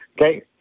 Okay